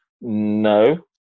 No